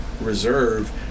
reserve